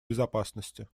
безопасности